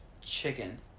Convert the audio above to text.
chicken